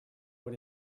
what